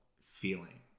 feeling